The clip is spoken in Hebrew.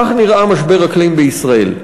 כך נראה משבר אקלים בישראל.